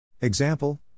Example